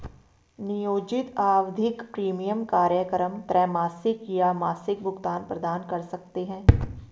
नियोजित आवधिक प्रीमियम कार्यक्रम त्रैमासिक या मासिक भुगतान प्रदान कर सकते हैं